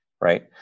right